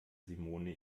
simone